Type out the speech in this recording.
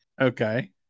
Okay